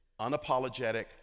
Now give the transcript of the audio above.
unapologetic